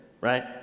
right